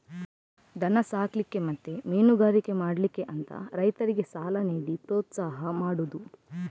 ದನ ಸಾಕ್ಲಿಕ್ಕೆ ಮತ್ತೆ ಮೀನುಗಾರಿಕೆ ಮಾಡ್ಲಿಕ್ಕೆ ಅಂತ ರೈತರಿಗೆ ಸಾಲ ನೀಡಿ ಪ್ರೋತ್ಸಾಹ ಮಾಡುದು